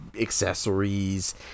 accessories